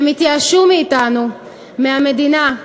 הם התייאשו מאתנו, מהמדינה,